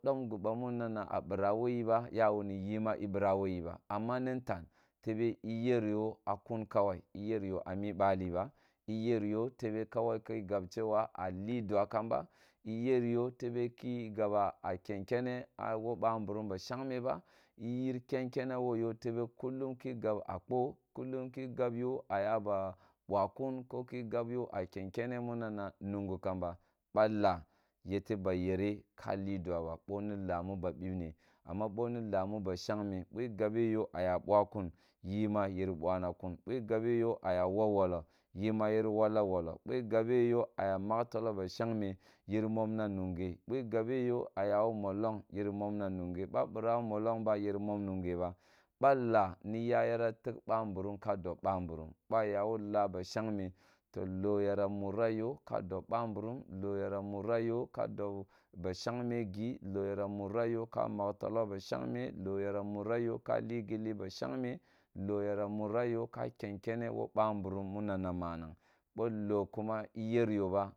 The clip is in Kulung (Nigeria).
Dom gibamu nana na bira wo yeba ya wuni yi ma i bira wo yi ba amma ni ntan tebe iery yo akun kowai iyer yo ami bali ba iyer yo tae kawai ku ga awe a li dua kamba iyer yo tebe ka gaba ken kene a wo ba mburum ba shagme ba. Iyer ken kene wo yo tebe kullum ki gab akpo kullum ki gabyo a ba bwa kum koki gab yo aba ken kene muna na mungu kamba ba laa yete ba yere ka li dua ba bo ni laa mu ba bebne amma boni laa mu ba bebne amma boni alla mu ba shangme bo igabe yo a ya bwa kun yi ma yiri bwara kun, bo igabe yo aya wolwolo yima yiri wolwolo bol gabe yo a mag tollo ba shangme yiri mon na ninge bo i gabe yo a ya wo molong yiri mon nunge bo a bira wo molong ba yiri men nange ba ba laa yara teg bamburum ka dob ba mberum bwa ya wo laa ba shangme to loo yara murra yo ka dob bambrum woo yara mutta yo ka dob ba shagme gi, koo yara murra yo ka mag tolo ba shagme lio yara murra yo ka li gill ba shagme lo yara murr ayo ja jen jene wo ba mburum munana manang bo wo kuma i yer yo ba